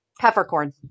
Peppercorn